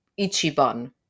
Ichiban